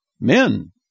men